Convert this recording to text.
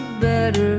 better